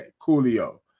coolio